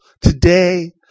Today